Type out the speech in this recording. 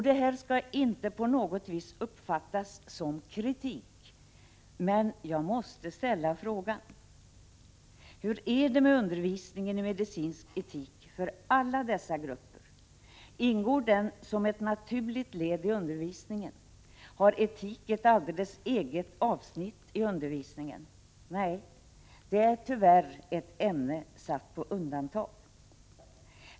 Det här skall inte uppfattas som kritik, men jag måste ställa frågan: Hur är det med undervisningen i medicinsk etik för alla dessa grupper? Ingår den som ett naturligt led i undervisningen? Har etik ett alldeles eget avsnitt i undervisningen? Nej, det är tyvärr ett ämne satt på undantag.